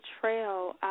trail